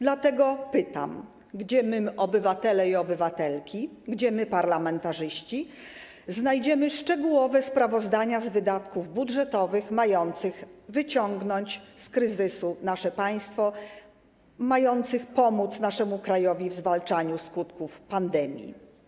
Dlatego pytam, gdzie my, obywatele i obywatelki, gdzie my, parlamentarzyści, znajdziemy szczegółowe sprawozdania z wydatków budżetowych mających wyciągnąć z kryzysu nasze państwo, mających pomóc naszemu krajowi w zwalczaniu skutków pandemii.